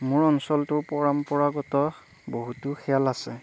মোৰ অঞ্চলটোৰ পৰম্পৰাগত বহুতো খেল আছে